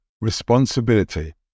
Responsibility